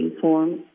forms